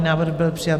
Návrh byl přijat.